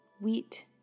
wheat